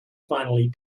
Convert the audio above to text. finally